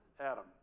Adam